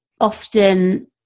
often